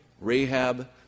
Rahab